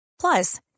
Plus